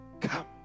come